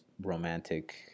romantic